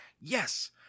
Yes